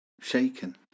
shaken